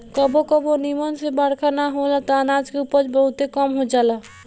कबो कबो निमन से बरखा ना होला त अनाज के उपज बहुते कम हो जाला